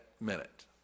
minute